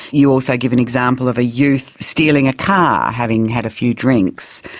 you also give an example of a youth stealing a car, having had a few drinks.